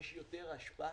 יש יותר אשפה,